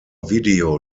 video